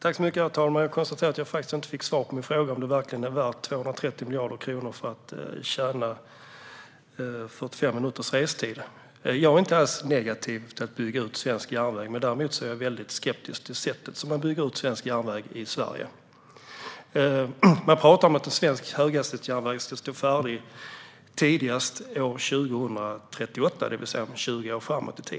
Herr talman! Jag fick inte svar på min fråga om det verkligen är värt 230 miljarder kronor för att tjäna 45 minuters restid. Jag är inte alls negativ till att bygga ut svensk järnväg, men däremot är jag skeptisk till sättet man bygger ut järnvägen på i Sverige. Man talar om att en svensk höghastighetsjärnväg ska stå färdig tidigast 2038, det vill säga om 20 år.